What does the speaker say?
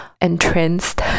entranced